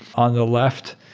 on the left,